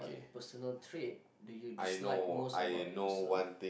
personal trait do you dislike most about yourself